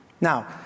Now